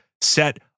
set